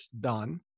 done